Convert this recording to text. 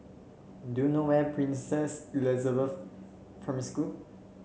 do you know where is Princess Elizabeth Primary School